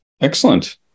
excellent